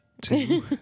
two